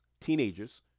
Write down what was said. teenagers